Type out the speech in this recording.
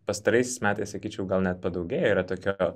pastaraisiais metais sakyčiau gal net padaugėję yra tokio